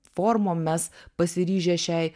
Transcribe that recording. formom mes pasiryžę šiai